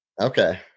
Okay